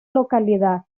localidad